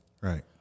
Right